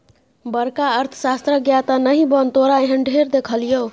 बड़का अर्थशास्त्रक ज्ञाता नहि बन तोरा एहन ढेर देखलियौ